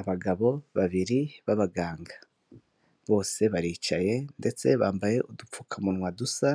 Abagabo babiri b'abaganga bose baricaye ndetse bambaye udupfukamunwa dusa